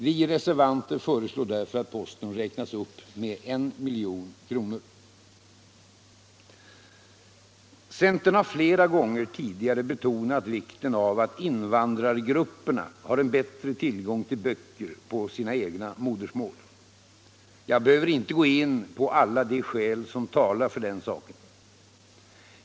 Vi reservanter föreslår därför att posten räknas upp med 1 milj.kr. Centern har flera gånger tidigare betonat vikten av att invandrargrupperna har en bättre tillgång till böcker på sina egna modersmål. Jag behöver inte gå in på alla de skäl som talar för den saken.